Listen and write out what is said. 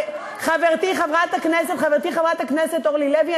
חברתי חברת הכנסת אורלי לוי,